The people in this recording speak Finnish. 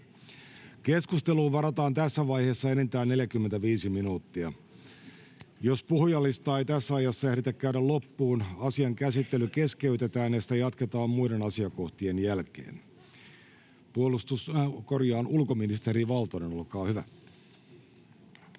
Keskusteluun varataan tässä vaiheessa enintään 45 minuuttia. Jos puhujalistaa ei tässä ajassa ehditä käydä loppuun, asian käsittely keskeytetään ja sitä jatketaan muiden asiakohtien jälkeen. — Ulkoministeri Valtonen, olkaa hyvä.